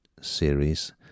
series